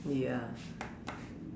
ya